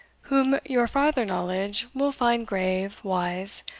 whom your farther knowledge will find grave, wise,